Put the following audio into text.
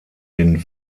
den